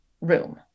room